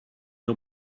nur